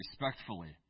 respectfully